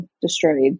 destroyed